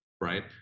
right